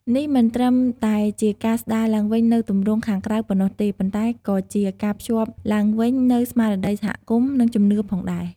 នេះមិនត្រឹមតែជាការស្ដារឡើងវិញនូវទម្រង់ខាងក្រៅប៉ុណ្ណោះទេ ប៉ុន្តែក៏ជាការភ្ជាប់ឡើងវិញនូវស្មារតីសហគមន៍ និងជំនឿផងដែរ។